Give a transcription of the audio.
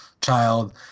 child